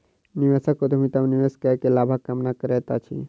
निवेशक उद्यमिता में निवेश कअ के लाभक कामना करैत अछि